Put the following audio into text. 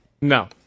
No